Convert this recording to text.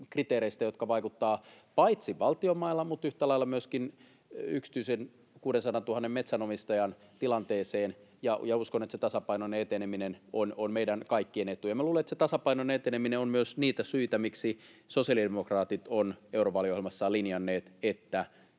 kriteereistä, jotka vaikuttavat paitsi valtion mailla, yhtä lailla myöskin 600 000 yksityisen metsänomistajan tilanteeseen. Uskon, että tasapainoinen eteneminen on meidän kaikkien etu. Ja minä luulen, että se tasapainoinen eteneminen on myös niitä syitä, miksi sosiaalidemokraatit ovat eurovaaliohjelmassaan linjanneet, että